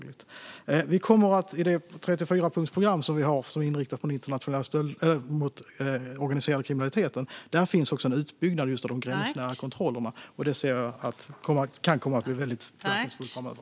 I det 34-punktsprogram vi har och som är inriktat på den organiserade kriminaliteten finns också en utbyggnad just av de gränsnära kontrollerna, vilket jag ser kan komma att bli väldigt verkningsfullt framöver.